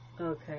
Okay